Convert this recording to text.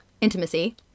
Intimacy